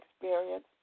experience